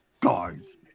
guys